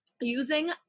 using